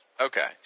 Okay